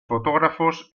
fotógrafos